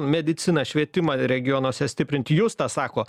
mediciną švietimą regionuose stiprinti justas sako